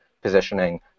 positioning